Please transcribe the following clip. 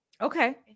Okay